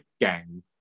gang